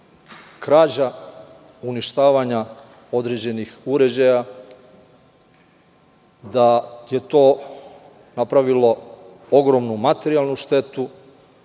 krađa, uništavanja određenih uređaja, da je to napravilo ogromnu materijalnu štetu,